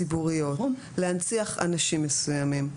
ציבוריות להנציח אנשים מסוימים.